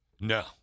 No